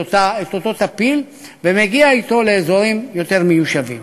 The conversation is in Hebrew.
אותו טפיל ומגיע אתו לאזורים יותר מיושבים.